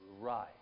right